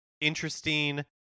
interesting